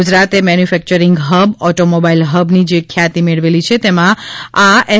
ગુજરાતે manufacturing hub automobile હબની જે ખ્યાતિ મેળવેલી છે તેમાં આ એફ